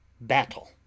Battle